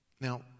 Now